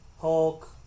Hulk